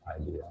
idea